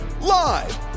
live